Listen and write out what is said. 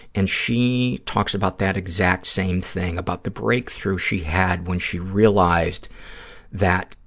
and she talks about that exact same thing, about the breakthrough she had when she realized that,